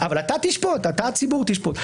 אבל אתה הציבור תשפוט.